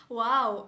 wow